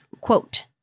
quote